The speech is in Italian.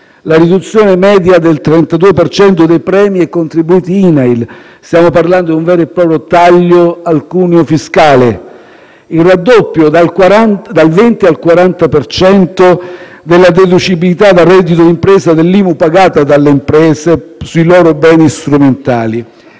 la riduzione media del 32 per cento dei premi e contributi INAIL (stiamo parlando di un vero e proprio taglio del cuneo fiscale); il raddoppio dal 20 al 40 per cento della deducibilità dal reddito d'impresa dell'IMU pagata dalle imprese sui loro beni strumentali